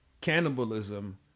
cannibalism